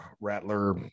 Rattler